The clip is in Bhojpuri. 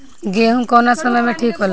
गेहू कौना समय मे ठिक होला?